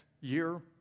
year